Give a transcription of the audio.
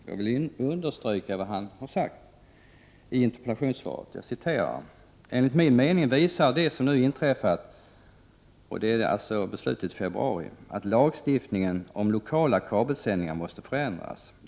Jag vill understryka och citera vad han säger i interpellationssvaret: ”Enligt min mening visar det som nu inträffat” — dvs. beslutet i februari — ”att lagstiftningen om lokala kabelsändningar måste förändras.